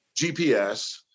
GPS